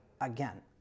again